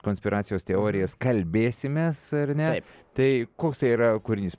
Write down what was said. konspiracijos teorijas kalbėsimės ar ne tai koks tai yra kūrinys